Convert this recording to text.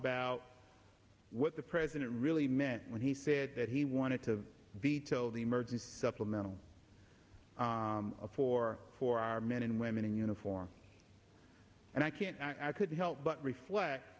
about what the president really meant when he said that he wanted to veto the emergency supplemental for for our men and women in uniform and i can't and i couldn't help but reflect